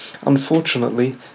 Unfortunately